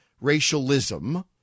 Racialism